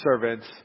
servants